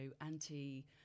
anti-